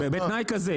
ובתנאי כזה,